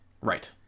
right